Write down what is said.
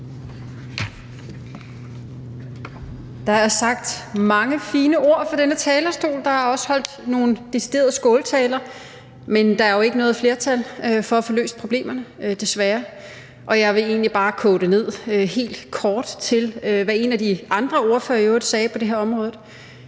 Der er sagt mange fine ord fra denne talerstol, og der er også holdt nogle deciderede skåltaler, men der er jo ikke noget flertal for at få løst problemerne, desværre, og jeg vil egentlig bare koge det ned helt kort til, hvad en af de andre ordførere i øvrigt sagde på det her område: